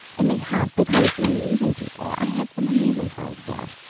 and they have they've hired some amazing people i had some amazing colleagues there.